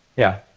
yeah,